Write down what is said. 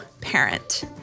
parent